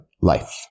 life